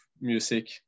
music